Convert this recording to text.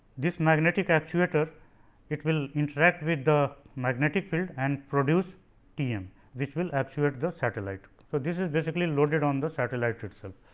this magnetic actuator it will interact with the magnetic field and produce t m which will actuate the satellite. so, this is basically loaded on the satellite itself.